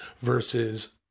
versus